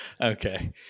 Okay